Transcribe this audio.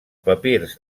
papirs